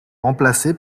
remplacée